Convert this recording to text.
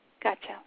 Gotcha